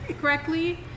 correctly